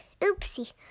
Oopsie